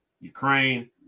Ukraine